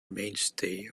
mainstay